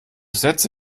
sätze